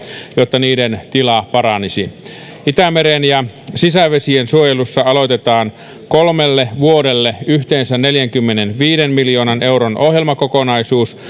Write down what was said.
jotta niiden tila paranisi itämeren ja sisävesien suojelussa aloitetaan kolmelle vuodelle yhteensä neljänkymmenenviiden miljoonan euron ohjelmakokonaisuus